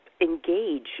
engage